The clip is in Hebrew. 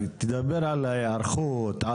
תדבר על ההיערכות.